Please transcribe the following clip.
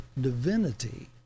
divinity